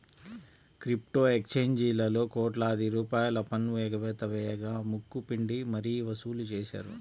crypto ఎక్స్చేంజీలలో కోట్లాది రూపాయల పన్ను ఎగవేత వేయగా ముక్కు పిండి మరీ వసూలు చేశారు